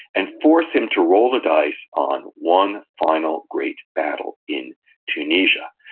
and force him to roll the dice on one final great battle in tunisia,